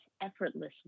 effortlessly